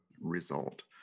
result